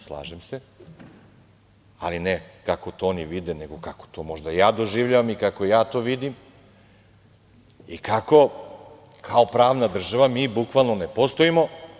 Slažem se, ali ne kako to oni vide, nego kako to možda ja doživljavam i kao ja to vidim, i kako kao pravna država mi bukvalno, ne postojimo.